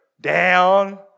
Down